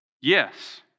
Yes